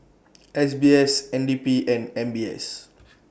S B S N D P and M B S